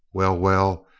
well, well,